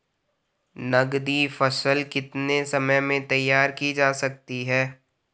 नगदी फसल कितने समय में तैयार की जा सकती है?